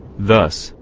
thus,